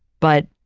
but